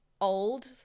old